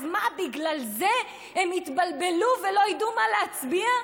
אז מה, בגלל זה הם יתבלבלו ולא ידעו מה להצביע?